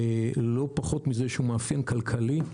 לא פחות מזה שהוא מאפיין כלכלי,